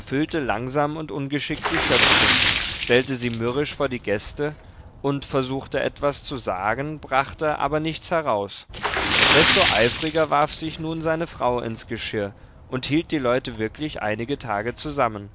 füllte langsam und ungeschickt die schöppchen stellte sie mürrisch vor die gäste und versuchte etwas zu sagen brachte aber nichts heraus desto eifriger warf sich nun seine frau ins geschirr und hielt die leute wirklich einige tage zusammen